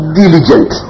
diligent